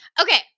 Okay